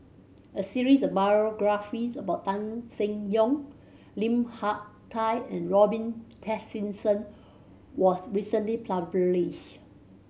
a series of biographies about Tan Seng Yong Lim Hak Tai and Robin Tessensohn was recently published